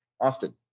Austin